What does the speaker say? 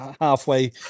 halfway